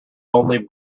only